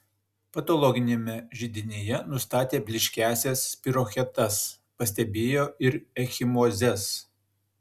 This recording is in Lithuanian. patologiniame židinyje nustatė blyškiąsias spirochetas pastebėjo ir ekchimozes